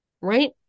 Right